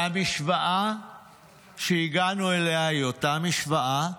והמשוואה שהגענו אליה היא אותה משוואה,